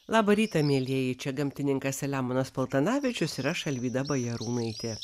labą rytą mielieji čia gamtininkas selemonas paltanavičius ir aš alvyda bajarūnaitė